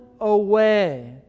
away